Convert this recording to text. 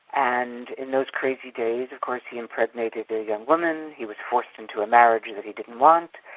and in those crazy days, of course, he impregnated a young woman, he was forced into a marriage that he didn't want,